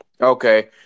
Okay